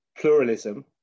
pluralism